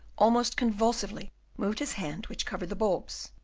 almost convulsively moved his hand which covered the bulbs,